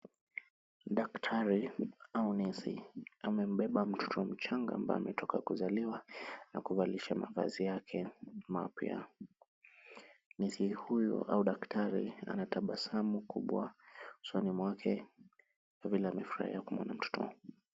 Daktari au nesi amembeba mtoto mchanga ambaye ametoka kuzaliwa na kuvalishwa mavazi yake mapya. Nesi huyu au daktari ana tabasamu kubwa usoni mwake, kwa vile amefurahia kumuona mtoto.